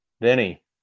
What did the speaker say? Vinny